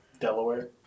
Delaware